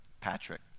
Patrick